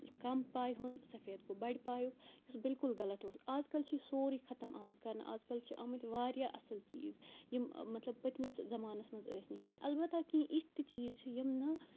کَم پایہِ ہُنٛد سفید گوٚو بَڑِ پایُک یُس بلکل غلط اوس اَزکَل چھِ یہِ سورُے ختم آمُت کَرنہٕ اَزکَل چھِ آمٕتۍ واریاہ اَصٕل چیٖز یِم مطلب پٔتۍ مِس زمانَس منٛز ٲسۍ نہٕ کینٛہہ البتہ کینٛہہ یِتھ تہِ چیٖز چھِ یِم نہٕ